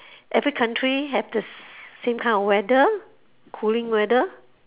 every country have the same kind of weather cooling weather